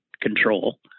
control